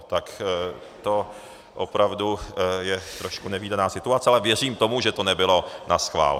Tak to opravdu je trošku nevídaná situace, ale věřím tomu, že to nebylo naschvál .